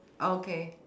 okay